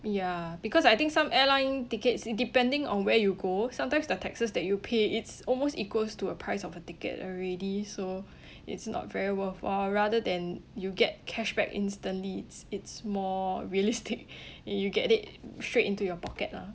ya because I think some airline tickets it depending on where you go sometimes the taxes that you pay it's almost equals to a price of a ticket already so it's not very worthwhile rather than you get cashback instantly it's it's more realistic you get it straight into your pocket lah